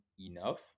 enough